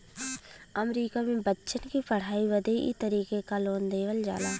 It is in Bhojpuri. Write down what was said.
अमरीका मे बच्चन की पढ़ाई बदे ई तरीके क लोन देवल जाला